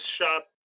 shop